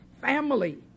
family